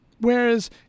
Whereas